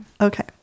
okay